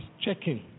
checking